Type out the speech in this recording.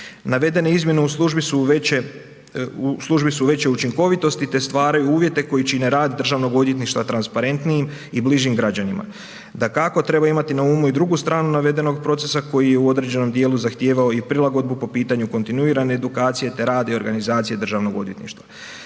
veće, u službi su veće učinkovitosti te stvaraju uvjete koji čine rad državnog odvjetništva transparentnijim i bližim građanima. Dakako treba imati na umu i drugu stranu navedenog procesa koji je u određenom dijelu zahtijevao i prilagodbu po pitanju kontinuirane edukacije te rada i organizacije državnog odvjetništva.